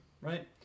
right